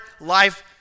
life